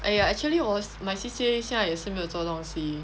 !aiya! actually hor my C_C_A 现在也是没有做东西